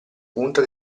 punta